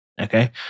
okay